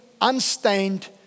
unstained